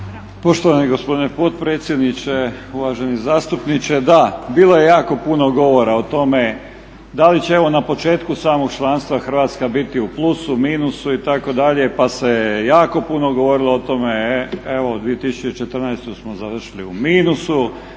Poštovani gospodine potpredsjedniče. Uvaženi zastupniče da, bilo je jako puno govora o tome da li će evo na početku samog članstva Hrvatska biti u plusu, minusu itd. pa se jako puno govorilo o tome, evo 2014. smo završili u minusu,